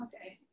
okay